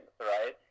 right